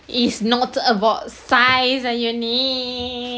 it's not about size ah yang ini